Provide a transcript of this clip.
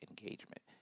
engagement